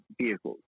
vehicles